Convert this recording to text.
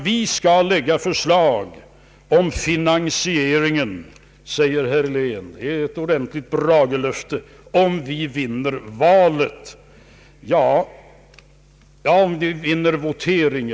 Vi skall framlägga förslag om finansieringen, om vi vinner valet, säger herr Helén, Det är ett ordentligt Bragelöfte!